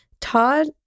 Todd